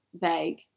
vague